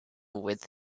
with